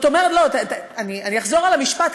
אני אחזור על המשפט,